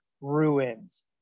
ruins